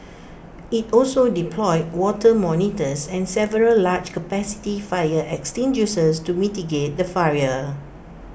IT also deployed water monitors and several large capacity fire extinguishers to mitigate the fire